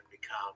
become